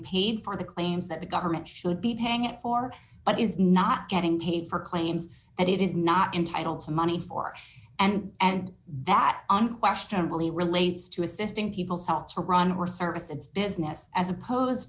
paid for the claims that the government should be paying it for but is not getting paid for claims that it is not entitled to money for and that unquestionably relates to assisting people sell to run or service its business as opposed